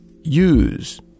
use